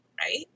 right